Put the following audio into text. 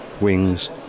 wings